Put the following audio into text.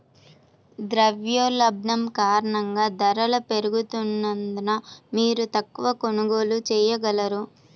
ద్రవ్యోల్బణం కారణంగా ధరలు పెరుగుతున్నందున, మీరు తక్కువ కొనుగోళ్ళు చేయగలరు